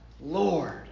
Lord